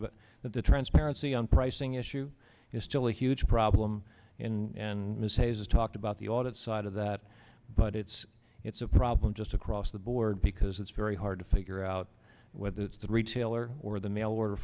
that the transparency on pricing issue is still a huge problem in ms has talked about the audit side of that but it's it's a problem just across the board because it's very hard to figure out whether it's the retailer or the mail order